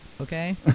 okay